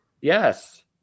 Yes